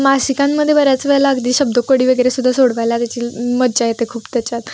मासिकांमध्ये बऱ्याच वेळेला अगदी शब्दकोडी वगैरे सुद्धा सोडवायला त्याची मज्जा येते खूप त्याच्यात